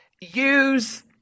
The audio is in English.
use